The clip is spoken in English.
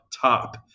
top